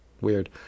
Weird